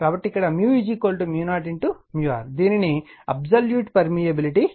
కాబట్టి ఇక్కడ0r దీనిని అబ్స్టాల్యూట్ పర్మియబిలిటీ అంటారు